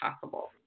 possible